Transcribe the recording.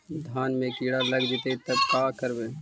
धान मे किड़ा लग जितै तब का करबइ?